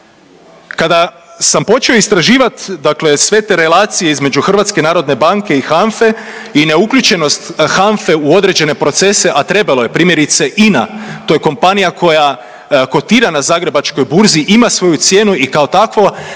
Kada sam počeo istraživati, dakle sve te relacije između HNB-a i HANFA-e i neuključenost HANFA-e u određene procese a trebalo je. Primjerice INA to je kompanija koja kotira na Zagrebačkoj burzi, ima svoju cijenu i kao takova